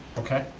okay.